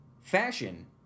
fashion